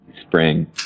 spring